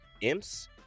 imps